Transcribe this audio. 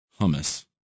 hummus